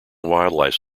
wildlife